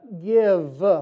Give